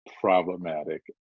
problematic